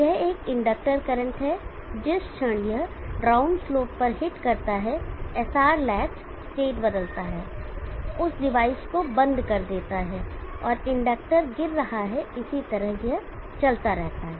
यह एक inductor current है जिस क्षण यह डाउन स्लोप पर हिट करता है SR लैच स्टेट बदलता है उस डिवाइस को बंद कर देता है और इंडक्टर गिर रहा है इसी तरह यह चलता रहता है